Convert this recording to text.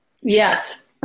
Yes